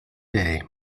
day